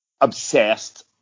obsessed